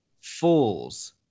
Fools